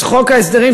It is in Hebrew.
אז חוק ההסדרים,